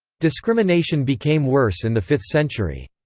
discrimination became worse in the fifth century.